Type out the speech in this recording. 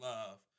Love